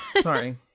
Sorry